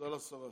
תודה לשרה.